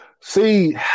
See